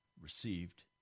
received